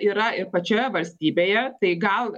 yra ir pačioje valstybėje tai gal